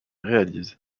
réalise